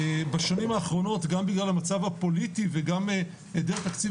בשנים האחרונות בגלל המצב הפוליטי וגם בגלל היעדר תקציב